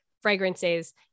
fragrances